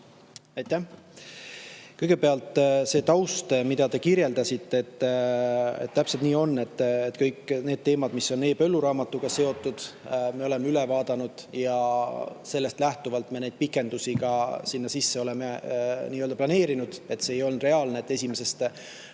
Aitäh! Kõigepealt see taust, mida te kirjeldasite. Täpselt nii on, et kõik need teemad, mis on e-põlluraamatuga seotud, me oleme üle vaadanud ja sellest lähtuvalt me neid pikendusi sinna sisse oleme planeerinud. Ei olnud reaalne teha see 1.